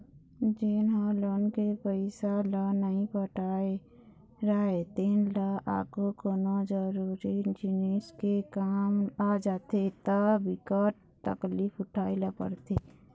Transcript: जेन ह लोन के पइसा ल नइ पटाए राहय तेन ल आघु कोनो जरुरी जिनिस के काम आ जाथे त बिकट तकलीफ उठाए ल परथे